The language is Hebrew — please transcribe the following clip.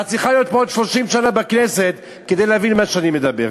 את צריכה להיות פה עוד 30 שנה בכנסת כדי להבין מה שאני מדבר,